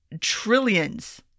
trillions